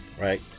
right